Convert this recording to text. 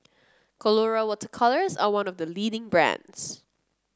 Colora Water Colours is one of the leading brands